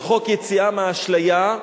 וחוק היציאה מהאשליה,